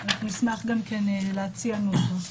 נשמח להציע נוסח.